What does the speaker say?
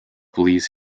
believes